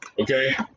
okay